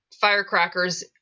firecrackers